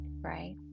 right